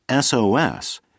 SOS